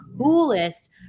coolest